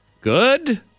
Good